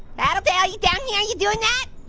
tattletail, you down here? you doin' that?